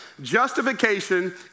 Justification